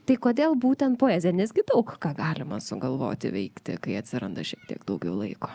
tai kodėl būtent poezija nes gi daug ką galima sugalvoti veikti kai atsiranda šiek tiek daugiau laiko